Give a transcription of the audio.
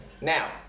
Now